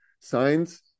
science